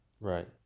Right